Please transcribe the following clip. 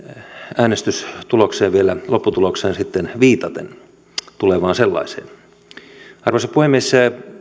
äänestyksen lopputulokseen vielä sitten viitaten tulevaan sellaiseen arvoisa puhemies